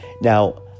Now